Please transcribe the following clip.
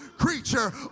creature